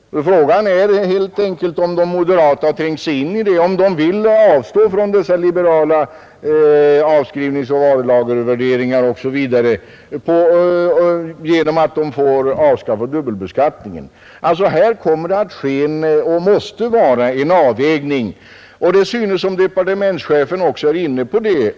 Frågan är om de moderata har tänkt sig in i det, om de vill avstå från dessa liberala regler för avskrivning, varulagervärdering osv. för att avskaffa dubbelbeskattningen. Här kommer det att ske — och det måste så vara — en avvägning. Det synes som om departementschefen också vore inne på det.